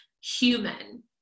human